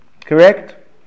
Correct